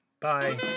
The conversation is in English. Bye